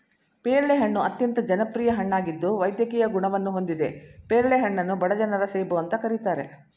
ಪೇರಳೆ ಹಣ್ಣು ಅತ್ಯಂತ ಜನಪ್ರಿಯ ಹಣ್ಣಾಗಿದ್ದು ವೈದ್ಯಕೀಯ ಗುಣವನ್ನು ಹೊಂದಿದೆ ಪೇರಳೆ ಹಣ್ಣನ್ನು ಬಡ ಜನರ ಸೇಬು ಅಂತ ಕರೀತಾರೆ